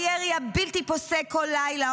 הירי הבלתי-פוסק כל לילה,